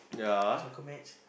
soccer match